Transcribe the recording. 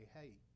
hey